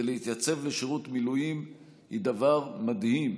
ולהתייצב לשירות מילואים היא דבר מדהים.